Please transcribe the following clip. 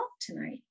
tonight